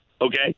Okay